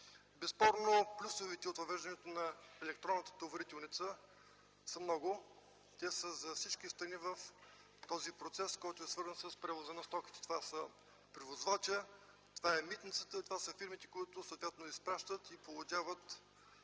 Безспорно плюсовете от въвеждането на електронната товарителница са много. Те са за всички страни в този процес, който е свързан с превоза на стоките. Това са превозвачът, това е митницата, това са фирмите, които изпращат и получават